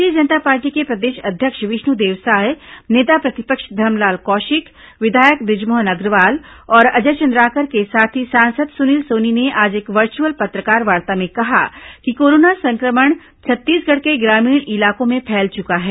भारतीय जनता पार्टी के प्रदेश अध्यक्ष विष्णुदेव साय नेता प्रतिपक्ष धरमलाल कौशिक विधायक ब्रजमोहन अग्रवाल और अजय चंद्राकर के साथ ही सांसद सुनील सोनी ने आज एक वर्चुअल पत्रकारवार्ता में कहा कि कोरोना संक्रमण छत्तीसगढ़ के ग्रामीण इलाकों में फैल चुका है